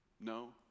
No